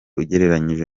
ugereranyije